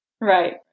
Right